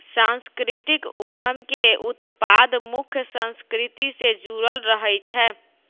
सांस्कृतिक उद्यम के उत्पाद मुख्य संस्कृति से जुड़ल रहइ छै